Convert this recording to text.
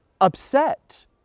upset